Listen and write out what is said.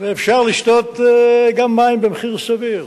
אפשר לשתות גם מים במחיר סביר.